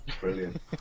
Brilliant